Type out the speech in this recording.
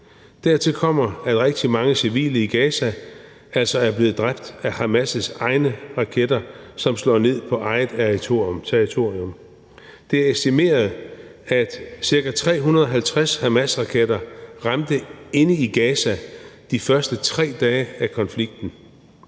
Dertil kommer, at rigtig mange civile i Gaza er blevet dræbt af Hamas' egne raketter, som slår ned på eget territorium. Det er estimeret, at cirka 350 Hamasraketter ramte inde i Gaza de første tre dage af konflikten.